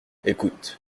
écoute